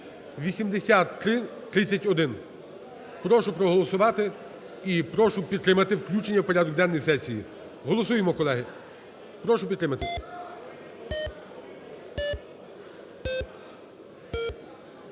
(8331). Прошу проголосувати і прошу підтримати включення у порядок денний сесії. Голосуємо, колеги, прошу підтримати.